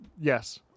yes